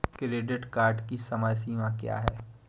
Credit card की समय सीमा क्या है?